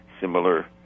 similar